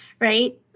Right